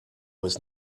was